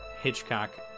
hitchcock